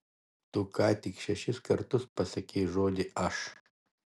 tu ką tik šešis kartus pasakei žodį aš